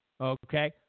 okay